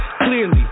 Clearly